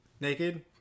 naked